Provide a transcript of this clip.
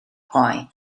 hoe